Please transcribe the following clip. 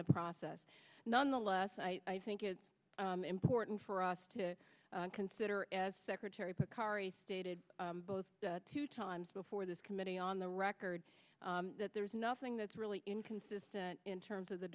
the process nonetheless i think it's important for us to consider as secretary of state both two times before this committee on the record that there's nothing that's really inconsistent in terms of the